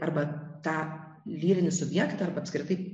arba tą lyrinį subjektą arba apskritai